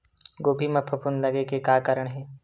गोभी म फफूंद लगे के का कारण हे?